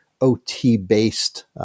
OT-based